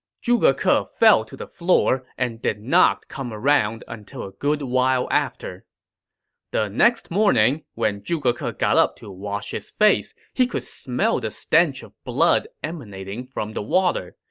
zhuge ke ah fell to the floor and did not come up until a good while after the next morning, when zhuge ke ah got up to wash his face, he could smell the stench of blood emanating from the water.